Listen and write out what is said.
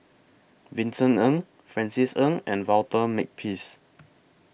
Vincent Ng Francis Ng and Walter Makepeace